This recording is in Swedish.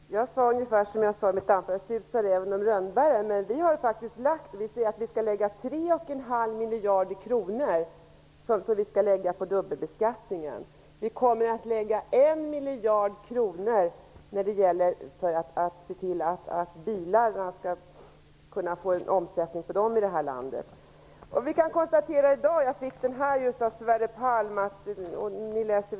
Fru talman! Jag sade ungefär som jag sade i mitt tidigare anförande: Surt sade räven om rönnbären. Vi har faktiskt sagt att vi skall lägga 3,5 miljarder kronor på dubbelbeskattningen. Vi kommer att lägga 1 miljard kronor för att se till att det blir omsättning på de svenska bilarna här i landet.